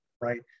right